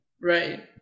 Right